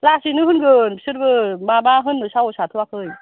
लासैनो होनगोन बिसोरबो माबा होननो साहस हाथ'वाखै